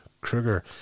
Kruger